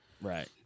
Right